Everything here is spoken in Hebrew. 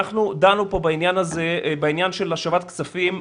אנחנו דנו פה בעניין של השבת כספים,